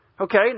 Okay